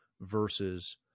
versus